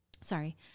Sorry